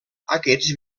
aquests